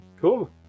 Cool